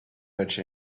much